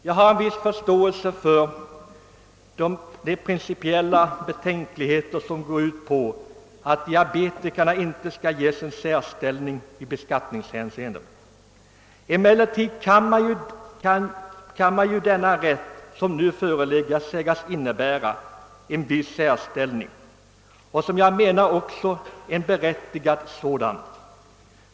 Jag har en viss förståelse för de principiella betänkligheter som går ut på att åt diabetikerna inte skall ges en särställning i beskattningshänseende. Emellertid kan ju den rätt som nu föreligger sägas innebära en viss särställning — och enligt min mening en berättigad sådan.